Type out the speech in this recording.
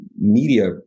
media